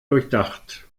durchdacht